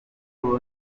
kuko